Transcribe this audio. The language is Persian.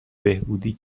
بهبودی